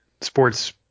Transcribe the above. sports